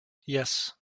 yes